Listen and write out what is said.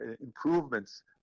improvements